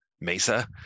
mesa